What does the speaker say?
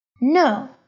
No